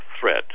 threat